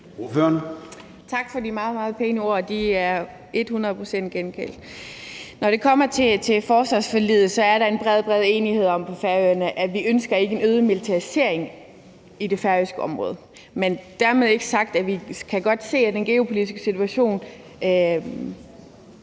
Tak for de meget, meget pæne ord – de er et hundrede procent gengældt. Når det kommer til forsvarsforliget, er der på Færøerne en bred, bred enighed om, at vi ikke ønsker en øget militarisering i det færøske område. Men dermed ikke sagt, at vi ikke godt kan se, at den geopolitiske situation